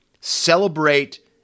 celebrate